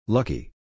Lucky